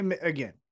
Again